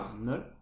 No